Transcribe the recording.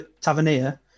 Tavernier